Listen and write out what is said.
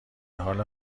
حال